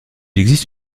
existe